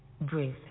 breathe